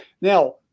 Now